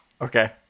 Okay